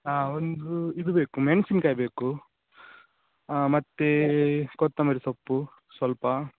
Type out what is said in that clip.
ಹಾಂ ಒಂದೂ ಇದು ಬೇಕು ಮೆಣಸಿನ್ಕಾಯಿ ಬೇಕು ಹಾಂ ಮತ್ತೇ ಕೊತ್ತಂಬರಿ ಸೊಪ್ಪು ಸ್ವಲ್ಪ